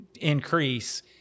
increase